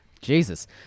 Jesus